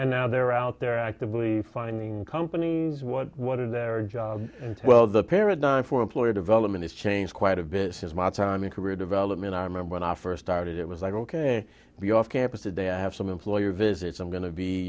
and now they're out there actively finding companies what what are their jobs and well the paradigm for employer development is change quite a bit since my time in career development i remember when i first started it was like ok be off campus today i have some employer visits i'm go